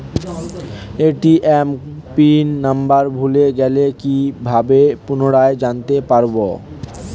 ATM pin number ভুলে গেলে কি ভাবে পুনরায় জানতে পারবো?